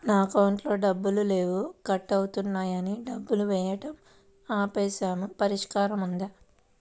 నా అకౌంట్లో డబ్బులు లేవు కట్ అవుతున్నాయని డబ్బులు వేయటం ఆపేసాము పరిష్కారం ఉందా?